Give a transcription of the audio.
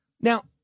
Now